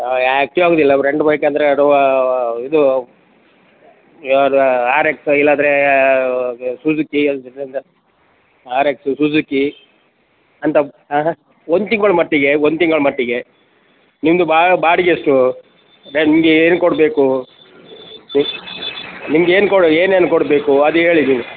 ಹಾಂ ಆ್ಯಕ್ಟಿವ್ ಆಗೋದಿಲ್ಲ friend bike ಆದರೆ ಅದು ಇದು ಯಾವುದು ಆರ್ ಎಕ್ಸ್ ಇಲ್ಲಾಂದ್ರೆ ಸುಝುಕಿ ಆರ್ ಎಕ್ಸ್ ಸುಝುಕಿ ಅಂತ ಹಾಂ ಹಾಂ ಒಂದು ತಿಂಗಳು ಮಟ್ಟಿಗೆ ಒಂದು ತಿಂಗಳು ಮಟ್ಟಿಗೆ ನಿಮ್ಮದು ಬಾಡಿಗೆ ಎಷ್ಟು ಸರ್ ನಿಮಗೆ ಏನು ಕೊಡಬೇಕು ಹ್ಞೂ ನಿಮಗೆ ಏನು ಕೊಡ ಏನೇನು ಕೊಡಬೇಕು ಅದು ಹೇಳಿ ನೀವು